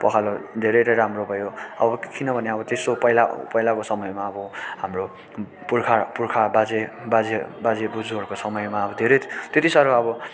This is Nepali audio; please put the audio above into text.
पखाला धेरै नै राम्रो भयो अब किनभने अब त्यसो पहिला पहिलाको समयमा अब हाम्रो पुर्खा पुर्खा बाजे बाजे बाजे बोजूहरूको समयमा अब धेरै त्यति साह्रो अब